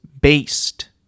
based